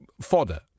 fodder